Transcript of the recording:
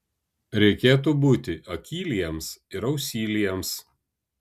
reikėtų būti akyliems ir ausyliems